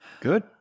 good